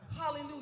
Hallelujah